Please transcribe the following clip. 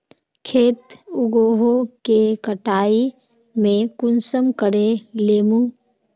खेत उगोहो के कटाई में कुंसम करे लेमु?